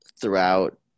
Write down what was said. throughout